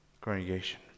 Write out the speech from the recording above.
congregation